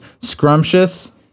scrumptious